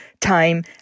time